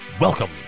welcome